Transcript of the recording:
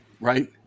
Right